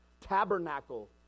Tabernacle